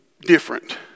different